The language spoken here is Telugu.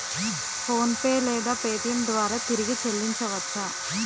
ఫోన్పే లేదా పేటీఏం ద్వారా తిరిగి చల్లించవచ్చ?